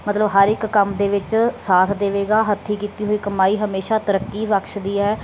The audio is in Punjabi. ਮਤਲਬ ਹਰ ਇੱਕ ਕੰਮ ਦੇ ਵਿੱਚ ਸਾਥ ਦੇਵੇਗਾ ਹੱਥੀਂ ਕੀਤੀ ਹੋਈ ਕਮਾਈ ਹਮੇਸ਼ਾਂ ਤਰੱਕੀ ਬਖਸ਼ਦੀ ਹੈ